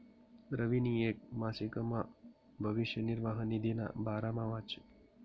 रवीनी येक मासिकमा भविष्य निर्वाह निधीना बारामा वाचं